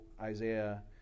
Isaiah